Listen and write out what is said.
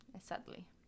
Sadly